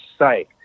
psyched